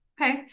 okay